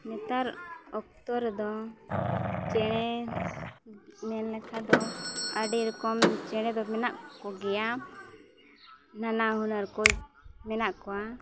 ᱱᱮᱛᱟᱨ ᱚᱠᱛᱚ ᱨᱮᱫᱚ ᱪᱮᱬᱮ ᱢᱮᱱ ᱞᱮᱠᱷᱟᱱ ᱫᱚ ᱟᱹᱰᱤ ᱨᱚᱠᱚᱢ ᱪᱮᱬᱮ ᱫᱚ ᱢᱮᱱᱟᱜ ᱠᱚᱜᱮᱭᱟ ᱱᱟᱱᱟ ᱦᱩᱱᱟᱹᱨ ᱠᱚ ᱢᱮᱱᱟᱜ ᱠᱚᱣᱟ